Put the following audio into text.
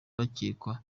bakekwa